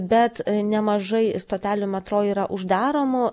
bet nemažai stotelių metro yra uždaroma